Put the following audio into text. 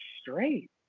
straight